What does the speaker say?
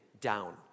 down